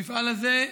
המפעל הזה,